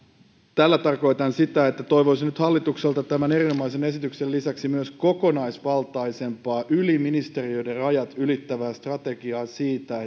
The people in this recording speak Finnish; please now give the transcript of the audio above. tällä tarkoitan sitä että toivoisin nyt hallitukselta tämän erinomaisen esityksen lisäksi myös kokonaisvaltaisempaa ministeriöiden rajat ylittävää strategiaa siitä